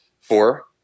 four